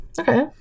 Okay